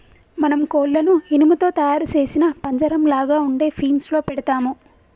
మనం కోళ్లను ఇనుము తో తయారు సేసిన పంజరంలాగ ఉండే ఫీన్స్ లో పెడతాము